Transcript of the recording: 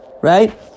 Right